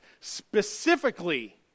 specifically